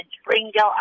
Springdale